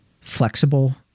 flexible